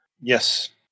Yes